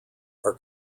are